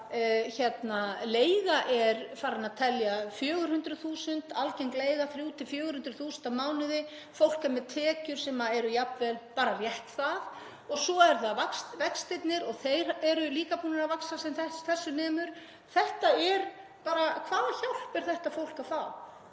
leiga er farin að telja 400.000 kr., algeng leiga 300.000–400.000 kr. á mánuði og fólk er með tekjur sem eru jafnvel bara rétt það og svo eru vextirnir og þeir eru líka búnir að vaxa sem þessu nemur — hvaða hjálp er þetta fólk að fá?